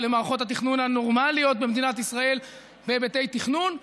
ולמערכות התכנון הנורמליות במדינת ישראל בהיבטי תכנון,